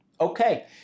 Okay